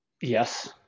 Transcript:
Yes